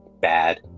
bad